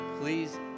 Please